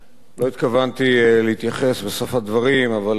לא התכוונתי להתייחס בסוף הדברים אבל לנוכח